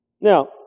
Now